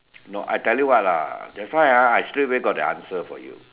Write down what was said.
no I tell you what lah that's why ah I straight away got the answer for you